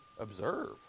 observe